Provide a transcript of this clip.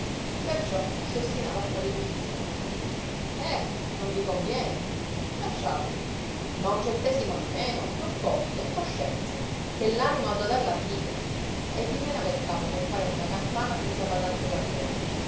perciò si ostinava a fare il minchione eh non vi conviene lasciateli ma un centesimo di meno non posso in coscienza che l'anima ho da darla a dio e dimenava il capo che pareva una campana senza batacchio davvero